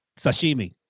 sashimi